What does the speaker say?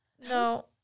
No